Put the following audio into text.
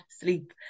sleep